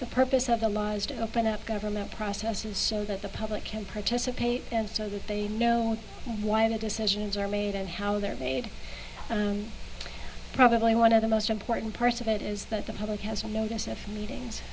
the purpose of the law is to open up government processes so that the public can participate so that they know why the decisions are made and how they're made and probably one of the most important parts of it is that the public has a notice of meetings